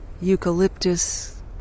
eucalyptus